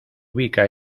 ubica